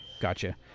gotcha